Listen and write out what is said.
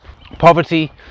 poverty